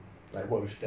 correct